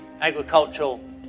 agricultural